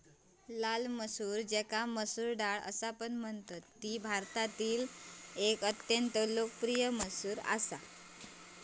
लाल मसूर ज्याका मसूर डाळ असापण म्हणतत ती भारतातील एक अत्यंत लोकप्रिय मसूर असा